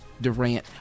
Durant